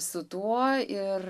su tuo ir